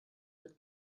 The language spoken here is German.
mit